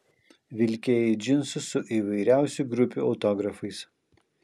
vilkėjai džinsus su įvairiausių grupių autografais